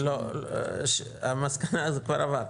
זה כבר עבר.